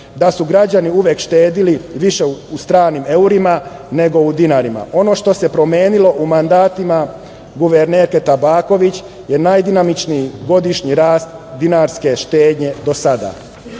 da su građani uvek štedeli više u evrima, nego u dinarima. Ono što se promenilo u mandatima guvernerke Tabaković je najdinamičniji godišnji rast dinarske štednje do sada.